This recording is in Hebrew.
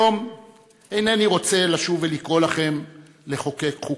היום אינני רוצה לשוב ולקרוא לכם לחוקק חוקה.